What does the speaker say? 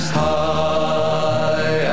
high